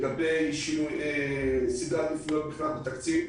לגבי שינוי סדרי עדיפויות בתקציב,